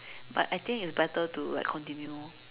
but I think it's better to like continue